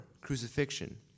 Crucifixion